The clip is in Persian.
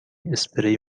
اسپری